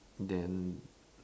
then